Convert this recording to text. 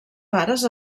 pares